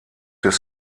des